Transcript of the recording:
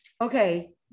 okay